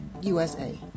USA